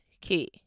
key